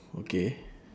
okay